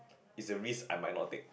is a risk I might not take